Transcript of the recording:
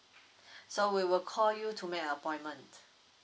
so we will call you to make appointment